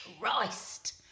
christ